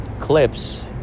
clips